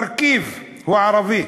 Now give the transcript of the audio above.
הוא ערבי,